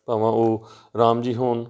ਭਾਵੇਂ ਉਹ ਰਾਮ ਜੀ ਹੋਣ